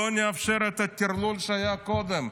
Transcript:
לא נאפשר את הטרלול שהיה קודם,